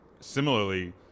similarly